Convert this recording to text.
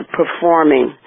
performing